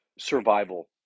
survival